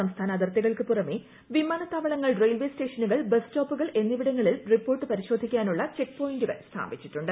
സംസ്ഥാന അതിർത്തികൾക്ക് പുറമെ പ്പിമാനത്താവളങ്ങൾ റെയിൽവേ സ്റ്റേഷനുകൾ ബസ് സ്റ്റോപ്പുകൾ എന്നിവിടങ്ങളിൽ റിപ്പോർട്ട് പരിശോധിക്കാനുള്ള ചെക്ക് പ്രോയിന്റുകൾ സ്ഥാപിച്ചിട്ടുണ്ട്